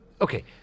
Okay